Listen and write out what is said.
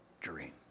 dream